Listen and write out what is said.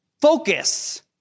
focus